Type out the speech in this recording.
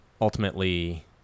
ultimately